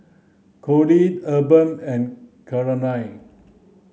Conley Urban and Claire